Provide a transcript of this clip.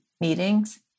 meetings